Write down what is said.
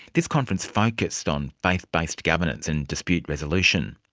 this conference focussed on faith based governance and dispute resolution.